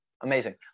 Amazing